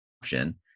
option